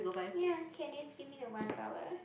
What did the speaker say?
ya can do you just give me the one dollar